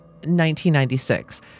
1996